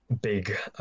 big